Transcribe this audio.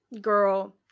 girl